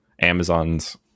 Amazon's